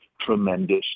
tremendous